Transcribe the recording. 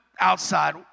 outside